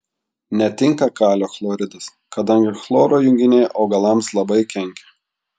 netinka kalio chloridas kadangi chloro junginiai augalams labai kenkia